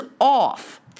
off